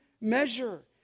measure